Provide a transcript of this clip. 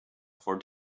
for